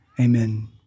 Amen